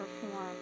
perform